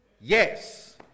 Yes